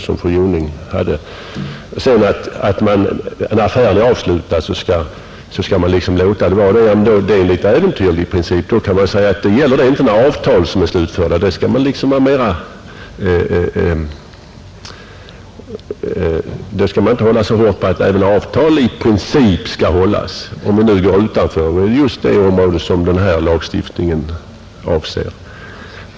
Vidare sade fru Jonäng att om en affär är avslutad skall man låta den vara det. Det är en litet äventyrlig princip. Då skulle vi alltså inte hålla så hårt på att även avtal i princip skall följas, om vi nu går utanför just det område som den här lagstiftningen avser.